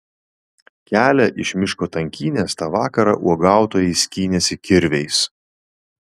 kelią iš miško tankynės tą vakarą uogautojai skynėsi kirviais